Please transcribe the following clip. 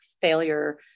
failure